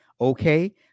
Okay